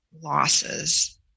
losses